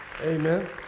Amen